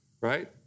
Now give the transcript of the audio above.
right